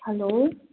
hello